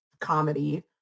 comedy